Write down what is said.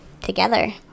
together